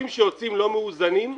שדברים שיוצאים לא מאוזנים,